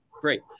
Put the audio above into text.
Great